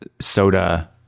soda